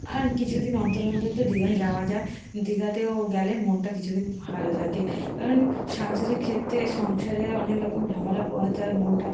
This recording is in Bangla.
আর কিছু দিন অন্তর অন্তর তো দীঘায় যাওয়া যায় দীঘাতেও গেলে মনটা কিছুদিন ভালো থাকে কারণ সাংসারিক ক্ষেত্রে সংসারের অনেক রকম ঝামেলা পোহাতে হয় মনটা